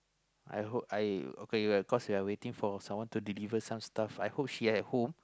I hope I okay cause we are waiting for someone to deliver some stuff I hope she's at home